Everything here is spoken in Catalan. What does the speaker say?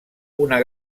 una